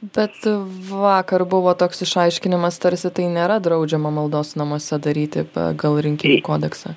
bet vakar buvo toks išaiškinimas tarsi tai nėra draudžiama maldos namuose daryti pagal rinkimų kodeksą